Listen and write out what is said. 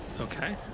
Okay